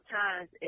times